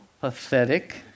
pathetic